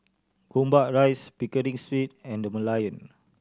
Gombak Rise Pickering Street and The Merlion